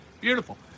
beautiful